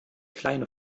kleine